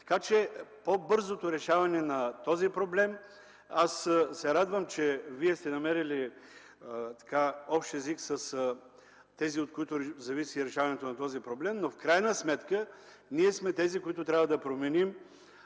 Така че – по-бързото решаване на този проблем. Аз се радвам, че Вие сте намерили общ език с онези, от които зависи решаването му, но в крайна сметка ние сме тези, които трябва да променим